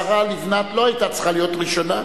השרה לבנת לא היתה צריכה להיות ראשונה,